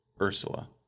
Ursula